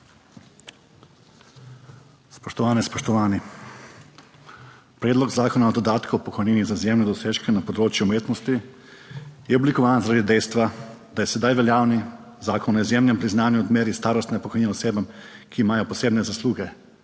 Spoštovane, spoštovani. Predlog zakona o dodatku k pokojnini za izjemne dosežke na področju umetnosti je oblikovan zaradi dejstva, da je sedaj veljavni zakon o izjemnem priznanju odmeri starostne pokojnine osebam, ki imajo posebne zasluge,